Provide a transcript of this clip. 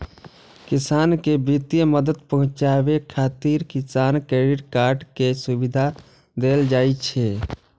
किसान कें वित्तीय मदद पहुंचाबै खातिर किसान क्रेडिट कार्ड के सुविधा देल जाइ छै